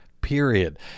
period